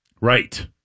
right